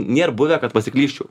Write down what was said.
nėr buvę kad pasiklysčiau